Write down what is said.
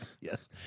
yes